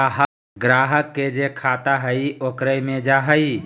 ग्राहक के जे खाता हइ ओकरे मे जा हइ